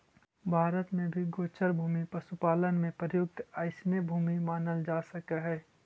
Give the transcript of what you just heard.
भारत में भी गोचर भूमि पशुपालन में प्रयुक्त अइसने भूमि मानल जा सकऽ हइ